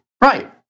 Right